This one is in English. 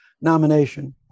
nomination